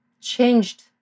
changed